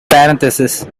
parentheses